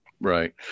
Right